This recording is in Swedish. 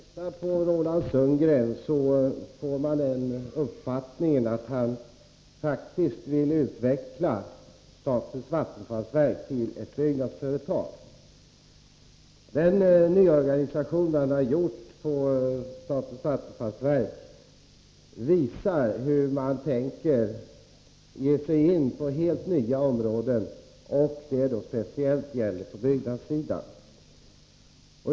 Herr talman! När man lyssnar till Roland Sundgren får man den uppfattningen att han faktiskt vill utveckla statens vattenfallsverk till ett byggnadsföretag. Nyorganisationen inom verket visar hur man tänker ge sig in på helt nya områden, speciellt på byggnadssidan.